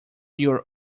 your